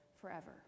forever